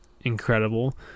incredible